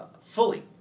fully